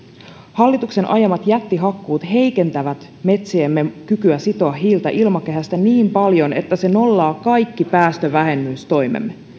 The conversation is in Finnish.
hallituksen ajamat jättihakkuut heikentävät metsiemme kykyä sitoa hiiltä ilmakehästä niin paljon että se nollaa kaikki päästövähennystoimemme